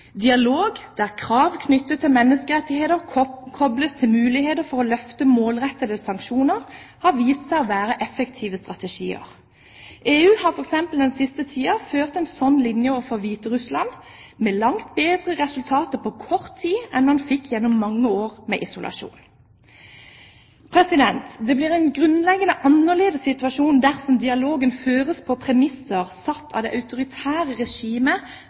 Dialog der krav knyttet til menneskerettigheter kobles til muligheter for å løfte målrettede sanksjoner, har vist seg å være effektive strategier. EU har f.eks. i den siste tiden ført en slik linje overfor Hviterussland, med langt bedre resultater på kort tid enn man fikk gjennom mange år med isolasjon. Det blir en grunnleggende annerledes situasjon dersom dialogen føres på premisser satt av det autoritære regimet